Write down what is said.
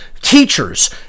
teachers